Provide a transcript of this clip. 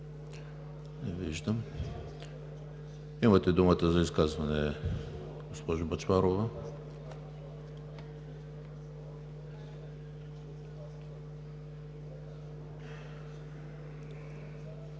Не виждам. Имате думата за изказване, госпожо Бъчварова.